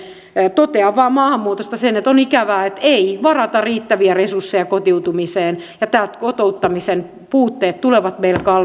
selvitysmiehiltä ja konsulteilta tilaaja saa sitä mitä haluaa eikä omaa kantaansa tarvitse koetella poikkeavien mielipiteiden ja kaiken maailman dosenttien kuuntelemisella ja vaihtoehtoisten mallien testauksella